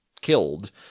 killed